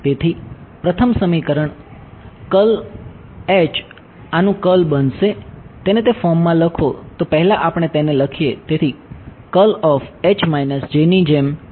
તેથી પ્રથમ સમીકરણ આનું કર્લ બનશે તેને તે ફોર્મમાં લખો તો પહેલા આપણે તેને લખીએ